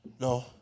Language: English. No